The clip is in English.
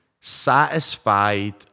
satisfied